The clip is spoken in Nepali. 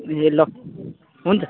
ए ल हुन्छ